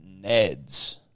Neds